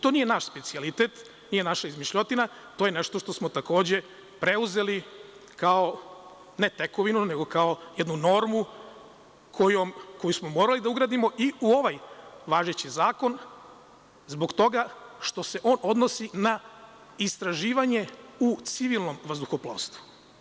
To nije naš specijalitet, nije naša izmišljotina, to je nešto što smo takođe preuzeli, ne kao tekovinu, nego kao jednu normu koju smo morali da ugradimo i u ovaj važeći zakon, zbog toga što se on odnosi na istraživanje u civilnom vazduhoplovstvu.